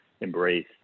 embrace